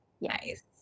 nice